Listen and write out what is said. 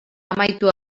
amaitu